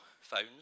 phones